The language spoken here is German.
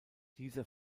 dieser